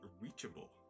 reachable